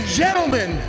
gentlemen